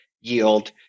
yield